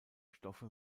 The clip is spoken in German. stoffe